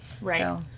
Right